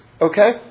okay